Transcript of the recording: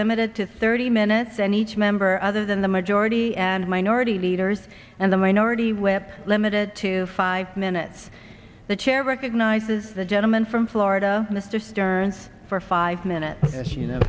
limited to thirty minutes and each member other than the majority and minority leaders and the minority whip limited to five minutes the chair recognizes the gentleman from florida mr stearns for five minutes as you know